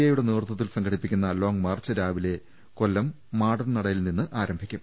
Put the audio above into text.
എയുടെ നേതൃത്വത്തിൽ സംഘടിപ്പിക്കുന്ന ലോംഗ് മാർച്ച് രാവിലെ കൊല്ലം മാടൻനടയിൽ നിന്ന് ആരംഭിക്കും